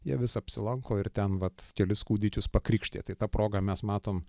jie vis apsilanko ir ten vat kelis kūdikius pakrikštija tai ta proga mes matom